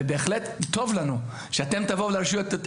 ובהחלט טוב לנו שאתם תבואו לרשויות,